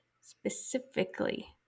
specifically